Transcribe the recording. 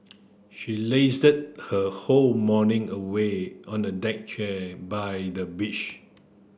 she lazed her whole morning away on a deck chair by the beach